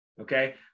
okay